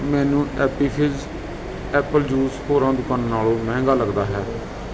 ਮੈਨੂੰ Appy Fizz apple juice ਹੋਰਾਂ ਦੁਕਾਨਾਂ ਨਾਲੋਂ ਮਹਿੰਗਾ ਲੱਗਦਾ ਹੈ